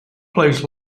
plays